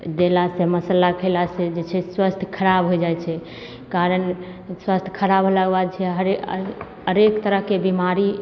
देलासँ मसल्ला खेलासँ जे छै से स्वास्थ खराब हो जाइ छै कारण स्वास्थ खराब भेलाके बाद छै हरेक अनेक तरहके बीमारी